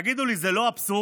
תגידו לי, זה לא אבסורד?